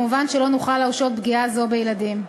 מובן שלא נוכל להרשות פגיעה זו בילדים.